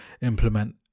implement